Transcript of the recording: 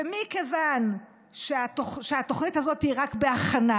ומכיוון שהתוכנית הזאת רק בהכנה,